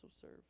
serve